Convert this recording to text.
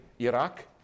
Iraq